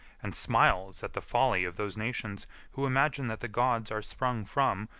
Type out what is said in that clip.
and smiles at the folly of those nations who imagine that the gods are sprung from,